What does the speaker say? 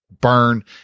burn